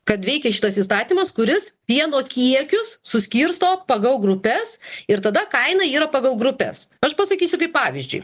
kad veikia šitas įstatymas kuris pieno kiekius suskirsto pagal grupes ir tada kaina yra pagal grupes aš pasakysiu kaip pavyzdžiui